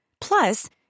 Plus